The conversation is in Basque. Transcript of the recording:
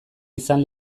izan